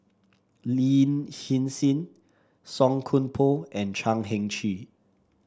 Lin Hsin Hsin Song Koon Poh and Chan Heng Chee